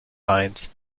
minds